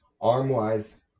arm-wise